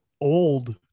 old